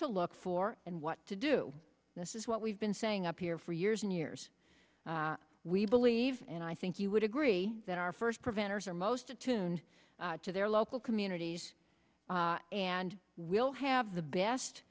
to look for and what to do this is what we've been saying up here for years and years we believe and i think you would agree that our first preventers are most attuned to the local communities and will have the best